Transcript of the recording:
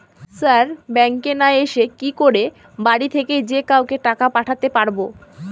Sir ব্যাঙ্কে না এসে কি করে বাড়ি থেকেই যে কাউকে টাকা পাঠাতে পারবো?